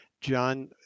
John